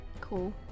Cool